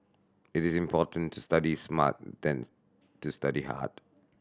it is important to study smart than to study hard